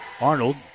Arnold